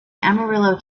amarillo